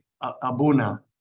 Abuna